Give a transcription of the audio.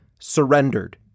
surrendered